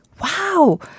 Wow